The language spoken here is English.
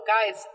Guys